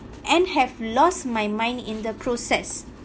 and have lost my mind in the process